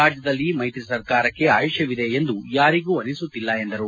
ರಾಜ್ಯದಲ್ಲಿ ಮೈತ್ರಿ ಸರ್ಕಾರಕ್ಕೆ ಆಯುಷ್ಕವಿದೆ ಎಂದು ಯಾರಿಗೂ ಅನಿಸುತ್ತಿಲ್ಲ ಎಂದರು